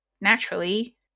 naturally